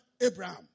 Abraham